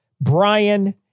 Brian